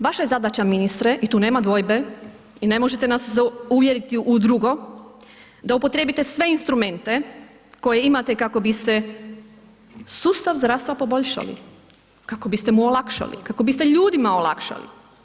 Vaša je zadaća ministre i tu nema dvojbe i ne možete nas uvjeriti u drugo, da upotrijebite sve instrumente koje imate kako biste sustav zdravstva poboljšali, kako biste mu olakšali, kako biste ljudima olakšali.